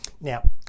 Now